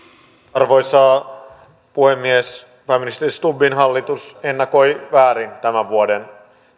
arvoisa puhemies pääministeri stubbin hallitus ennakoi väärin tämän vuoden